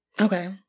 Okay